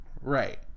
Right